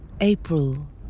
April